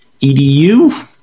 EDU